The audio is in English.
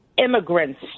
immigrants